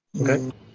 Okay